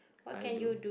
I do